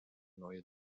neue